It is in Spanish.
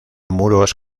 muros